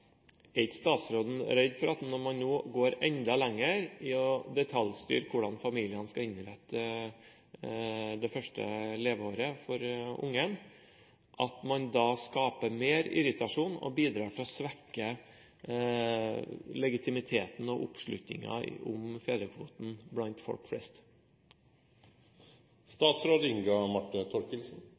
Er ikke statsråden redd for, når man nå går enda lenger i å detaljstyre hvordan familiene skal innrette det første leveåret for ungen, at man skaper mer irritasjon og bidrar til å svekke legitimiteten til og oppslutningen om fedrekvoten blant folk flest?